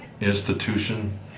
institution